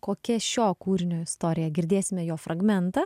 kokia šio kūrinio istorija girdėsime jo fragmentą